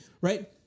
right